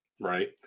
right